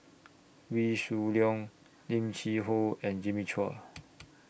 Wee Shoo Leong Lim Cheng Hoe and Jimmy Chua